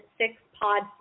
six-pod